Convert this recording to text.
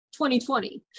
2020